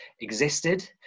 existed